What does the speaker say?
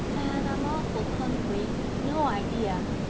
anne, i'm awful hungry. you've no idea.